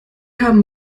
haben